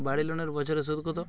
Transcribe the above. বাড়ি লোনের বছরে সুদ কত?